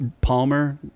palmer